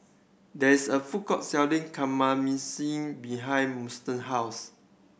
there is a food court selling Kamameshi behind Huston house